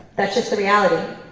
that's just the reality.